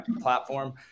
platform